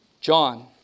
John